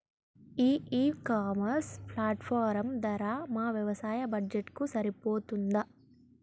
ఈ e commerce platform ధర మా వ్యవసాయ బడ్జెట్ కు సరిపోతుందా?